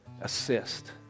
assist